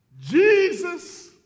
Jesus